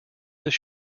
his